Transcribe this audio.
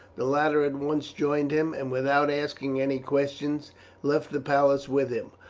the latter at once joined him, and without asking any questions left the palace with him.